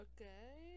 Okay